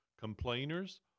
complainers